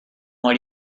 why